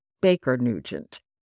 Baker-Nugent